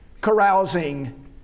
carousing